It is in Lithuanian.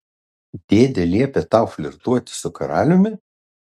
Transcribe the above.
dėdė liepė tau flirtuoti su karaliumi